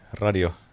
Radio